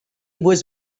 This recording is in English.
was